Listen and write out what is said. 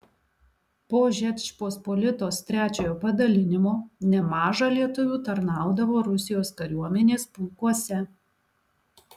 po žečpospolitos trečiojo padalinimo nemaža lietuvių tarnaudavo rusijos kariuomenės pulkuose